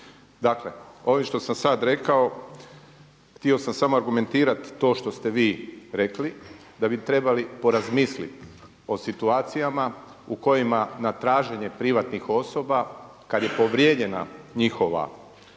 Dakle, ovime što sam sad rekao htio sam samo argumentirati to što ste vi rekli da bi trebali porazmisliti o situacijama u kojima na traženje privatnih osoba kad je povrijeđena njihova osobnost